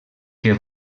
que